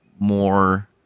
More